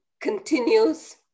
continues